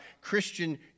Christian